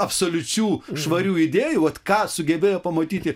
absoliučių švarių idėjų vat ką sugebėjo pamatyti